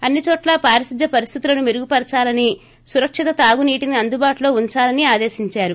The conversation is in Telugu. అన్ని చోట్ల పారిశుద్ధ్య పరిస్థితులను మెరుగుపరచాలని సురక్షిత తాగునీటిని అందుబాటులో ఊ చాలనీ ఆదేశించారు